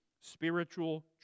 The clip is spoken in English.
spiritual